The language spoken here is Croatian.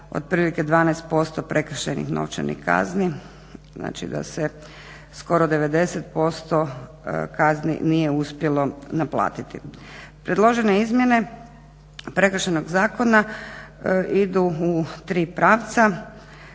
znači da se skoro 90% kazni nije uspjelo naplatiti. Predložene izmjene Prekršajnog zakona idu u tri pravca,